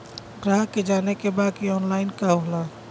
ग्राहक के जाने के बा की ऑनलाइन का होला?